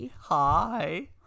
Hi